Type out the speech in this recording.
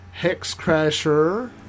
Hexcrasher